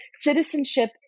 citizenship